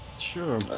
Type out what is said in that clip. Sure